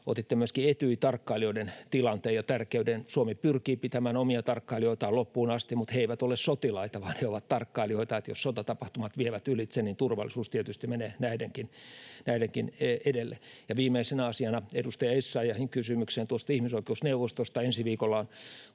Otitte myöskin Etyj-tarkkailijoiden tilanteen ja tärkeyden: Suomi pyrkii pitämään omia tarkkailijoitaan loppuun asti, mutta he eivät ole sotilaita, vaan he ovat tarkkailijoita, niin että jos sotatapahtumat vievät ylitse, turvallisuus tietysti menee näidenkin edelle. Viimeisenä asiana edustaja Essayahin kysymykseen tuosta ihmisoikeusneuvostosta: Ensi viikolla on